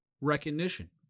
recognition